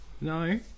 No